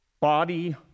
Body